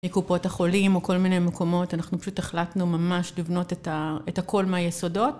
מקופות החולים וכל מיני מקומות, אנחנו פשוט החלטנו ממש לבנות את הכל מהיסודות.